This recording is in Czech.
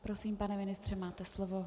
Prosím, pane ministře, máte slovo.